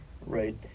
right